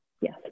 yes